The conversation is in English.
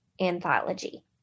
anthology